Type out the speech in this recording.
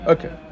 Okay